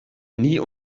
nie